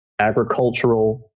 agricultural